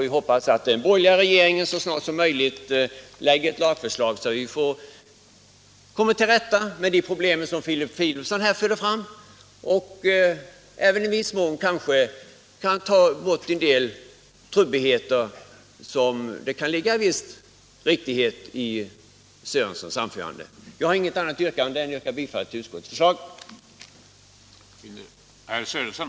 Vi hoppas att den borgerliga regeringen sedan så snart som möjligt lägger fram lagförslag, så att vi kan komma till rätta med de problem som Filip Fridolfsson fört fram — och även ta bort en del trubbigheter som herr Sörenson nämnde. Det kan ligga en viss riktighet i det han anförde. Herr talman! Jag har inget annat yrkande än om bifall till utskottets hemställan.